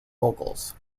vocals